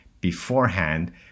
beforehand